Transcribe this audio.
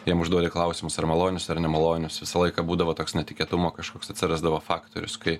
jiem užduodi klausimus ar malonius ar nemalonius visą laiką būdavo toks netikėtumo kažkoks atsirasdavo faktorius kai